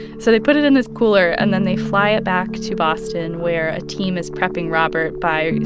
so they put it in this cooler and then they fly it back to boston, where a team is prepping robert by,